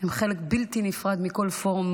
הן חלק בלתי נפרד מכל פורום,